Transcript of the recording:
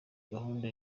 gahunda